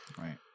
Right